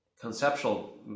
conceptual